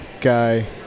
guy